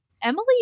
Emily